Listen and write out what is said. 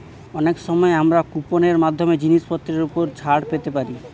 অনেক সময় আমরা কুপন এর মাধ্যমে জিনিসপত্রের উপর ছাড় পেতে পারি